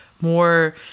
more